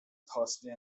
thursday